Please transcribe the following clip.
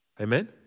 Amen